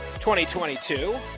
2022